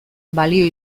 balio